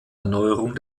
erneuerung